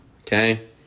Okay